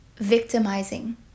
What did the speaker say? victimizing